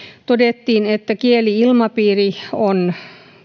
todettiin että kieli ilmapiiri on